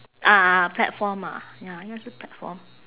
ah platform ah ya 那是 platform